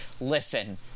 Listen